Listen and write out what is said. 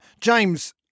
James